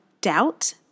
doubt